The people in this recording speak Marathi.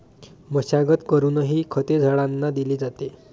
मशागत करूनही खते झाडांना दिली जातात